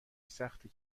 سخته